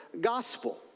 gospel